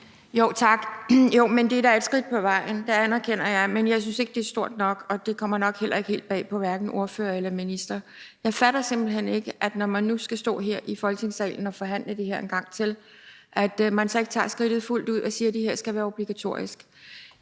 Kjærsgaard (DF): Tak. Det er da et skridt på vejen, det anerkender jeg, men jeg synes ikke, det er stort nok, og det kommer nok heller ikke helt bag på hverken ordfører eller minister. Jeg fatter simpelt hen ikke, at man, når man nu skal stå her i Folketingssalen og forhandle det her en gang til, så ikke tager skridtet fuldt ud og siger, at det her skal være obligatorisk.